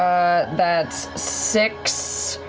that's six,